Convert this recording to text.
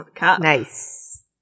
Nice